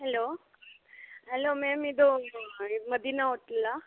hello hello ma'am ಇದು ಇದು ಮದೀನಾ ಹೋಟ್ಲಾ